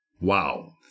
Wow